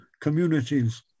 communities